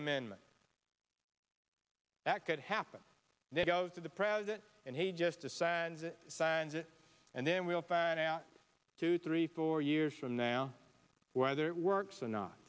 amendment that could happen they go to the president and he just decides that he signs it and then we'll find out two three four years from now whether it works or not